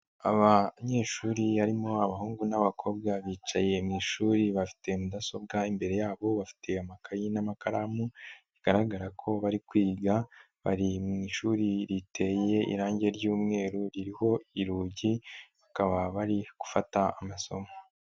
Abanyeshuri harimo abahungu n'abakobwa bicaye mu ishuri bafite mudasobwa imbere yabo bafite amakayi n'amakaramu bigaragara ko bari kwiga, bari mu ishuri riteye irange ry'umweru ririho urugi bakaba bari gufata amasomo.